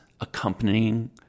accompanying